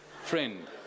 friend